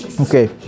Okay